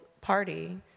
party